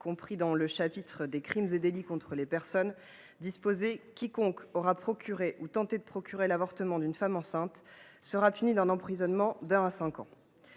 figurant au chapitre des crimes et délits contre les personnes, « quiconque aura procuré ou tenté de procurer l’avortement d’une femme enceinte […] sera puni d’un emprisonnement d’un an à cinq ans